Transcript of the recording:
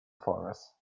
forests